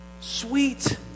Sweet